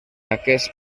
aquests